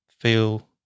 feel